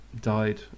died